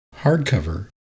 hardcover